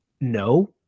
no